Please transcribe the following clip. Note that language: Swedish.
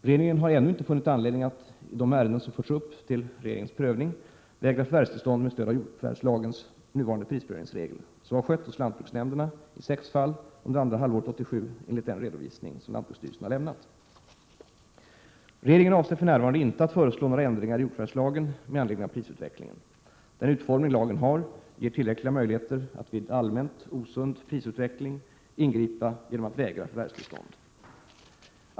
Regeringen har ännu inte funnit anledning att, i de ärenden som förts upp till regeringens prövning, vägra förvärvstillstånd med stöd av jordförvärvslagens nuvarande prisprövningsregel. Så har skett hos lantbruksnämnderna i sex fall under andra halvåret 1987 enligt den redovisning som lantbruksstyrelsen har lämnat. Regeringen avser för närvarande inte att föreslå några ändringar i jordförvärvslagen med anledning av prisutvecklingen. Den utformning lagen har ger tillräckliga möjligheter att vid allmänt osund prisutveckling ingripa genom att vägra förvärvstillstånd.